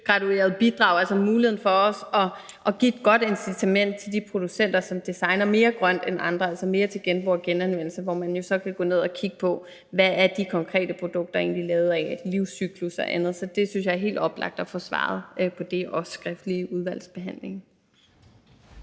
miljøgraduerede bidrag, altså muligheden for også at give et godt incitament til de producenter, som designer mere grønt end andre, altså mere til genbrug og genanvendelse, og hvor man jo så kan gå ned og kigge på, hvad de konkrete produkter egentlig er lavet af, livscyklusser og andet. Så det synes jeg er helt oplagt at få svaret på, også skriftligt, i udvalgsbehandlingen.